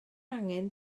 angen